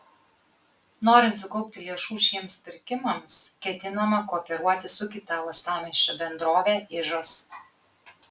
norint sukaupti lėšų šiems pirkimams ketinama kooperuotis su kita uostamiesčio bendrove ižas